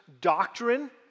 doctrine